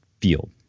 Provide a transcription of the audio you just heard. field